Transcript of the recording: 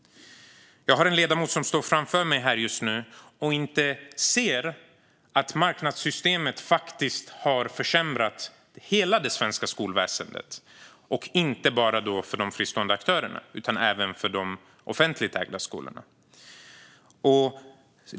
Jag har just nu en ledamot framför mig som inte ser att marknadssystemet har försämrat hela det svenska skolväsendet, inte bara för de fristående aktörerna utan även för de offentligt ägda skolorna.